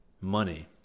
money